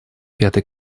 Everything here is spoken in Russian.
пятый